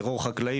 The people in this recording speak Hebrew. טרור חקלאי,